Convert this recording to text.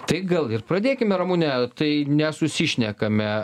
tai gal ir pradėkime ramune tai nesusišnekame